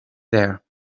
there